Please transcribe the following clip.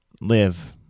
live